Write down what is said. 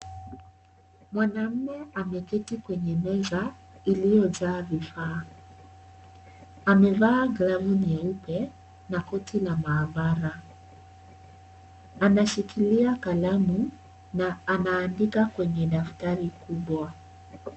Mwanaume ameketi kwenye meza, iliyojaa vifaa. Amevaa glovu nyeupe na koti la mahabara. Anashikilia kalamu na anaandika kwenye daftari kubwa.